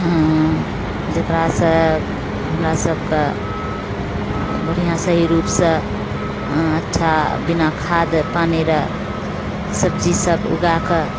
जकरासँ हमरासबके बढ़िआँ सही रूपसँ अच्छा बिना खाद पानी रऽ सब्जीसब उगाकऽ